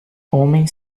homem